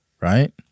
right